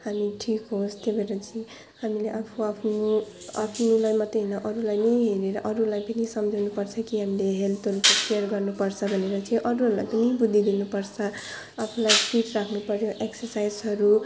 हामी ठिक होस् त्यही भएर चाहिँ हामीले आफ्नो आफ्नो आफ्नोलाई मात्रै होइन अरूलाई नि हेरेर अरूलाई पनि सम्झाउनुपर्छ कि हामीले हेल्थहरूको केयर गर्नुपर्छ भनेर चाहिँ अरूहरूलाई पनि बुद्धि दिनुपर्छ आफूलाई फिट राख्नुपऱ्यो एक्सर्साइजहरू